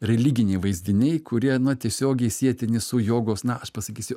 religiniai vaizdiniai kurie na tiesiogiai sietini su jogos na aš pasakysiu